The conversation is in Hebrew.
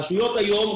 רשויות היום,